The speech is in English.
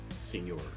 Senor